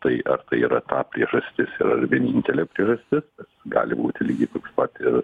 tai ar tai yra ta priežastis ir ar vienintelė priežastis gali būti lygiai toks pat ir